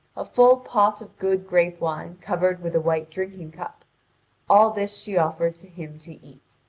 a full pot of good grape-wine covered with a white drinking-cup all this she offered to him to eat.